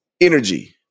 energy